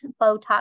Botox